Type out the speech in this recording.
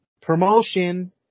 Promotion